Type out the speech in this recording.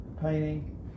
painting